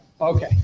Okay